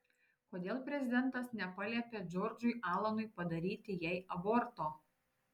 kodėl prezidentas nepaliepė džordžui alanui padaryti jai aborto